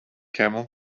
camel